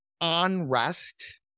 unrest